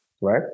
right